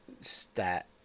stat